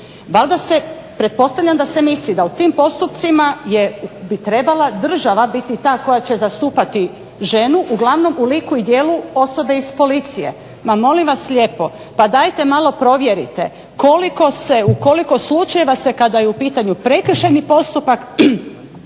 Valjda se, pretpostavljam da se misli da u tim postupcima bi trebala država biti ta koja će zastupati ženu uglavnom u liku i djelu osobe iz policije. Ma molim vas lijepo, pa dajte malo provjerite koliko se, u koliko slučajeva se kada je u pitanju prekršajni postupak